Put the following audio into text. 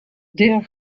their